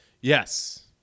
Yes